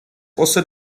also